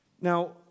Now